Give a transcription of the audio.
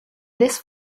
this